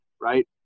right